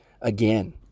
again